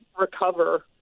recover